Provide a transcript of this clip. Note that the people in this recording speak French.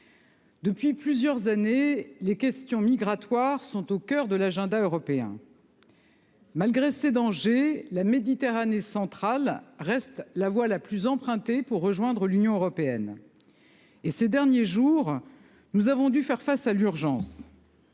depuis plusieurs années, les questions migratoires sont au coeur de l'agenda européen. Malgré ses dangers, la Méditerranée centrale reste la voie la plus empruntée pour rejoindre l'Union européenne. Ces derniers jours, nous avons dû faire face à l'urgence